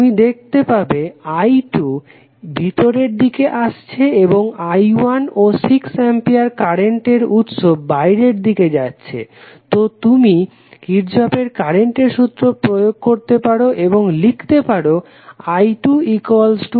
তুমি দেখতে পাবে i2 ভিতরের দিকে আসছে এবং i1 ও 6 অ্যাম্পিয়ার কারেন্ট উৎস বাইরের দিকে যাচ্ছে তো তুমি কির্শফের কারেন্টের সূত্র প্রয়োগ করতে পারো এবং লিখতে পারো i2i16